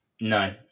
No